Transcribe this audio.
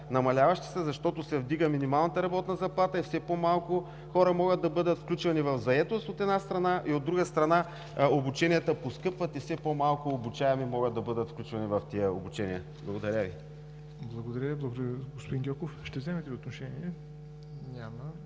Намаляващи са, защото се вдига минималната работна заплата и все по-малко хора могат да бъдат включвани в заетост, от една страна, и, от друга страна, обученията поскъпват и все по-малко обучаеми могат да бъдат включвани в тях. Благодаря Ви. ПРЕДСЕДАТЕЛ ЯВОР НОТЕВ: Благодаря Ви, господин Гьоков. Ще вземете ли отношение? Няма